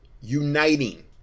uniting